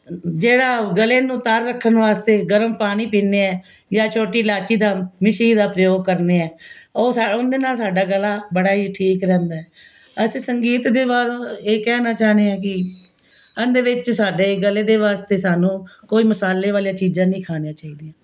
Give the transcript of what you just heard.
ਜਿਹੜਾ ਗਲੇ ਨੂੰ ਤਰ ਰੱਖਣ ਵਾਸਤੇ ਗਰਮ ਪਾਣੀ ਪੀਂਦੇ ਹੈ ਜਾਂ ਛੋਟੀ ਇਲਾਚੀ ਦਾ ਮਿਸ਼ਰੀ ਦਾ ਉਪਯੋਗ ਕਰਦੇ ਹੈ ਉਹ ਸਾਡੇ ਉਸਦੇ ਨਾਲ ਸਾਡਾ ਗਲਾ ਬੜਾ ਹੀ ਠੀਕ ਰਹਿੰਦਾ ਹੈ ਅਸੀਂ ਸੰਗੀਤ ਦੇ ਬਾਰੇ ਇਹ ਕਹਿਣਾ ਚਾਹੁੰਦੇ ਹੈ ਕਿ ਇਸ ਦੇ ਵਿੱਚ ਸਾਡੇ ਗਲੇ ਦੇ ਵਾਸਤੇ ਸਾਨੂੰ ਕੋਈ ਮਸਾਲੇ ਵਾਲੀਆਂ ਚੀਜਾਂ ਨਹੀਂ ਖਾਣੀਆਂ ਚਾਹੀਦੀਆਂ